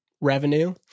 revenue